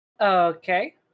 Okay